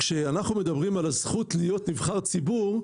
כשאנחנו מדברים על הזכות להיות נבחר ציבור,